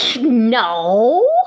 No